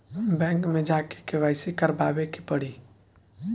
Bank मे जा के के.वाइ.सी करबाबे के पड़ी?